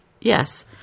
Yes